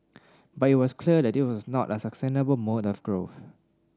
but it was clear that this was not a sustainable mode of growth